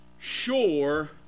Sure